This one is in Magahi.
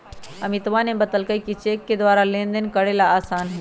अमितवा ने बतल कई कि चेक के द्वारा लेनदेन करे ला आसान हई